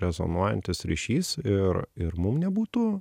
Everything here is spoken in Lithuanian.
rezonuojantis ryšys ir ir mum nebūtų